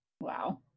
Wow